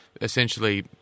essentially